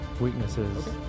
weaknesses